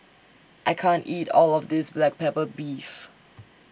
I can't eat All of This Black Pepper Beef